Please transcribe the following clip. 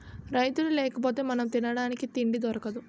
రైతులు లేకపోతె మనం తినడానికి తిండి దొరకదు